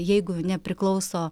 jeigu nepriklauso